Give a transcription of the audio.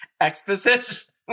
exposition